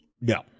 No